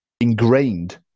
ingrained